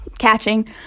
catching